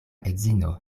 edzino